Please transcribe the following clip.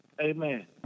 Amen